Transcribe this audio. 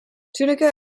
tunica